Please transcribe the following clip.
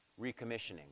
...recommissioning